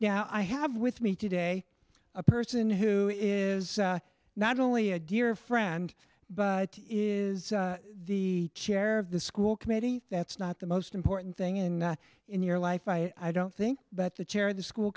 now i have with me today a person who is not only a dear friend but is the chair of the school committee that's not the most important thing in in your life i don't think but the chair of the school